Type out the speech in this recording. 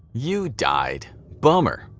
you died. bummer.